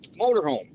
motorhome